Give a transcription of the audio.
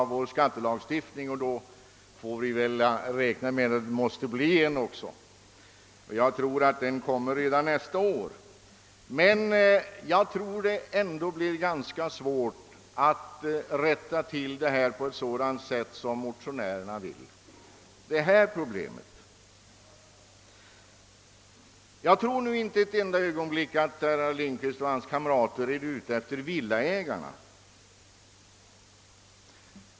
Vi får väl då räkna med att en översyn kommer att göras, antagligen redan nästa år. Det blir nog emellertid ganska svårt att rätta till detta problem på ett sådant sätt som motionärerna vill. Jag tror inte ett ögonblick, att herr Lindkvist och hans kamrater är ute efter villaägarna.